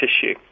tissue